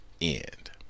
end